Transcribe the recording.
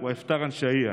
במיטב הברכות והאיחולים,